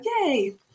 yay